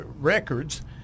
records